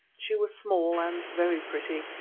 she was small and very pretty,